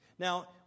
Now